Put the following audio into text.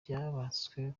byubatswe